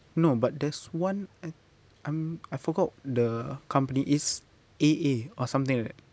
no but there's one I um I forgot the company is A_A or something like that